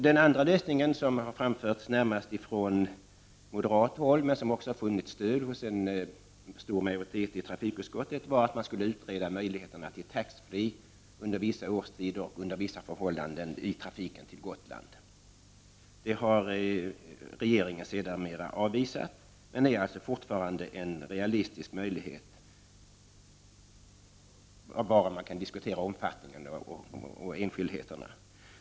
Den andra lösningen, som närmast framförts från moderat håll men som också har funnit stöd hos en stor majoritet i trafikutskottet, var att man skulle utreda möjligheterna till tax-free under vissa årstider och under vissa förhållanden på trafiken till Gotland. Det har regeringen sedermera avvisat, men det är alltså fortfarande en realistisk möjlighet, om vilken man kan diskutera omfattningen och enskildheterna.